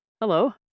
hello